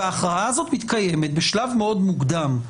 וההכרעה הזאת מתקיימת בשלב מאוד מוקדם.